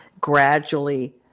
gradually